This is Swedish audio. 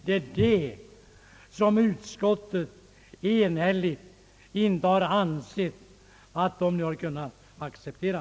Det är de som utskottet enhälligt inte har ans t sig kunna acceptera.